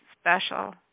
special